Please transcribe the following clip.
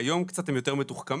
היום קצת הם יותר מתוחכמים,